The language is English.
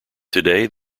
today